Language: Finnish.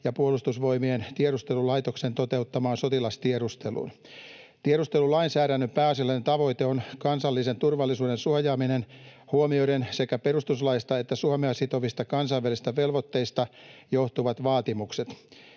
ja Puolustusvoimien tiedustelulaitoksen toteuttamaan sotilastiedusteluun. Tiedustelulainsäädännön pääasiallinen tavoite on kansallisen turvallisuuden suojaaminen huomioiden sekä perustuslaista että Suomea sitovista kansainvälisistä velvoitteista johtuvat vaatimukset.